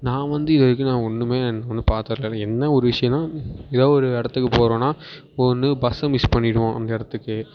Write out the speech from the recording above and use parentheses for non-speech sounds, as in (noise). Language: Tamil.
நான் வந்து இது வரைக்கும் நான் ஒன்றுமே ஒன்றும் பார்த்தது (unintelligible) என்ன ஒரு விஷயம்னா ஏதா ஒரு இடத்துக்கு போகிறோம்னா ஒன்று பஸ்ஸை மிஸ் பண்ணிடுவோம் அந்த இடத்துக்கே